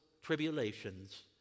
tribulations